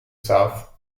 south